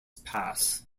pass